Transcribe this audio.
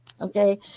Okay